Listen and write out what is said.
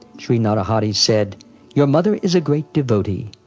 shri narahari said your mother is a great devotee.